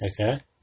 Okay